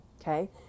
okay